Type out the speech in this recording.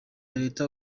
leta